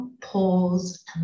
pause